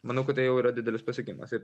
manau kad tai jau yra didelis pasiekimas ir